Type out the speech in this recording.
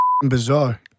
bizarre